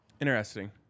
Interesting